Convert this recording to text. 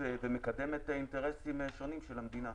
ומקדמת את האינטרסים השונים של המדינה.